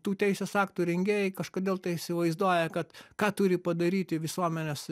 tų teisės aktų rengėjai kažkodėl įsivaizduoja kad ką turi padaryti visuomenės